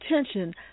attention